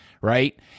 right